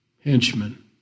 henchmen